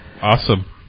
Awesome